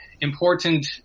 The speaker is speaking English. important